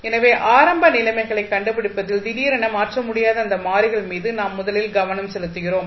எனவே ஆரம்ப நிலைமைகளைக் கண்டுபிடிப்பதில் திடீரென மாற்ற முடியாத அந்த மாறிகள் மீது நாம் முதலில் கவனம் செலுத்துகிறோம்